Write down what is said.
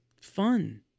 fun